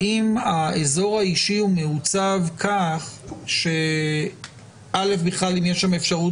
האם האזור האישי הוא מעוצב כך שבכלל יש שם אפשרות